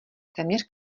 téměř